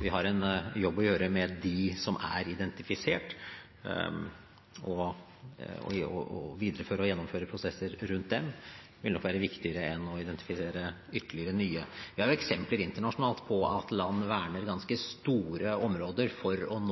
vi har en jobb å gjøre med dem som er identifisert. Å videreføre og gjennomføre prosesser rundt dem vil nok være viktigere enn å identifisere ytterligere nye. Vi har eksempler internasjonalt på at land verner ganske store områder for